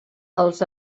els